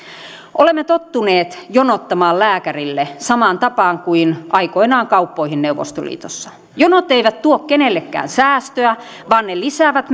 olemme tottuneet jonottamaan lääkärille samaan tapaan kuin jonotettiin aikoinaan kauppoihin neuvostoliitossa jonot eivät tuo kenellekään säästöä vaan ne lisäävät